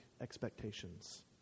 expectations